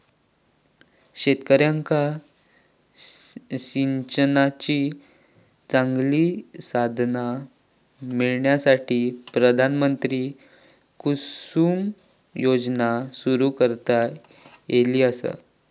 शेतकऱ्यांका सिंचनाची चांगली साधना मिळण्यासाठी, प्रधानमंत्री कुसुम योजना सुरू करण्यात ईली आसा